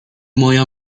moja